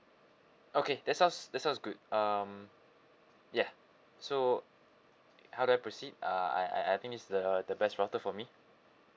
okay that sounds that sounds good um ya so how do I proceed uh I I I think this is the the best router for me